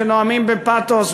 שנואמים בפתוס,